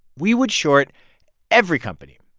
we would short every company.